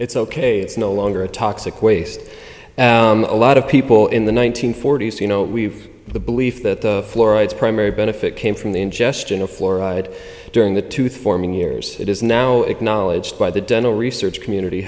it's ok it's no longer a toxic waste a lot of people in the one nine hundred forty s you know we've the belief that the fluoride primary benefit came from the ingestion of fluoride during the tooth for many years it is now acknowledged by the dental research community